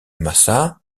massa